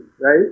right